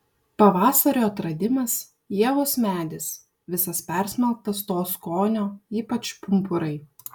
pavasario atradimas ievos medis visas persmelktas to skonio ypač pumpurai